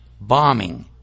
bombing